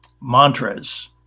mantras